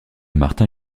martin